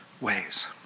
ways